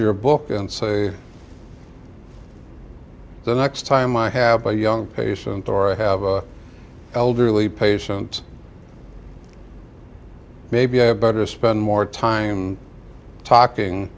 your book and say the next time i have a young patient or i have a elderly patient maybe i better spend more time talking